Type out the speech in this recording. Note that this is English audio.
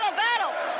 ah battle,